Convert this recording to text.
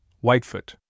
Whitefoot